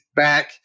back